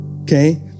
okay